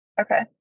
Okay